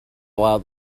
allow